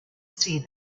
see